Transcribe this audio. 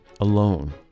alone